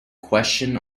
question